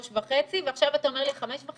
3.5, ועכשיו אתה אומר לי 5.5?